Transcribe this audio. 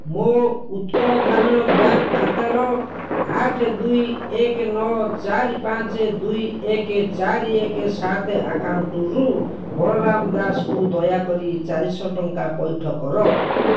ମୋ ଉତ୍କଳ ଗ୍ରାମୀଣ ବ୍ୟାଙ୍କ୍ ଖାତାର ଆଠ ଦୁଇ ଏକ ନଅ ଚାରି ପାଞ୍ଚ ଦୁଇ ଏକ ଚାରି ଏକ ସାତ ଆକାଉଣ୍ଟରୁ ବଳରାମ ଦାସକୁ ଦୟାକରି ଚାରିଶହ ଟଙ୍କା ପଇଠ କର